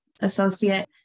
associate